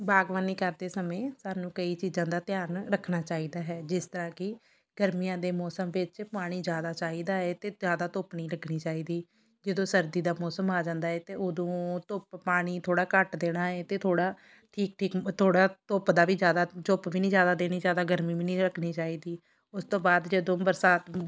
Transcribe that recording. ਬਾਗਬਾਨੀ ਕਰਦੇ ਸਮੇਂ ਸਾਨੂੰ ਕਈ ਚੀਜ਼ਾਂ ਦਾ ਧਿਆਨ ਰੱਖਣਾ ਚਾਹੀਦਾ ਹੈ ਜਿਸ ਤਰ੍ਹਾਂ ਕਿ ਗਰਮੀਆਂ ਦੇ ਮੌਸਮ ਵਿੱਚ ਪਾਣੀ ਜ਼ਿਆਦਾ ਚਾਹੀਦਾ ਏ ਅਤੇ ਜ਼ਿਆਦਾ ਧੁੱਪ ਨਹੀਂ ਲੱਗਣੀ ਚਾਹੀਦੀ ਜਦੋਂ ਸਰਦੀ ਦਾ ਮੌਸਮ ਆ ਜਾਂਦਾ ਏ ਤਾਂ ਉਦੋਂ ਧੁੱਪ ਪਾਣੀ ਥੋੜ੍ਹਾ ਘੱਟ ਦੇਣਾ ਏ ਅਤੇ ਥੋੜ੍ਹਾ ਠੀਕ ਠੀਕ ਥੋੜ੍ਹਾ ਧੁੱਪ ਦਾ ਵੀ ਜ਼ਿਆਦਾ ਧੁੱਪ ਵੀ ਨਹੀਂ ਜ਼ਿਆਦਾ ਦੇਣੀ ਜ਼ਿਆਦਾ ਗਰਮੀ ਵੀ ਨਹੀਂ ਲੱਗਣੀ ਚਾਹੀਦੀ ਉਸ ਤੋਂ ਬਾਅਦ ਜਦੋਂ ਬਰਸਾਤ